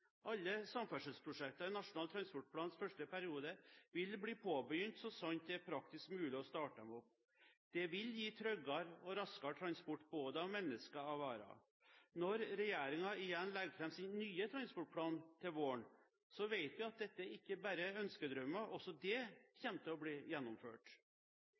Alle samferdselsprosjekter i Nasjonal transportplans første periode vil bli påbegynt så sant det er praktisk mulig å starte dem opp. Det vil gi tryggere og raskere transport både av mennesker og varer. Når regjeringen igjen legger fram sin nye transportplan til våren, vet vi at dette ikke bare er ønskedrømmer. Og det kommer til å bli gjennomført.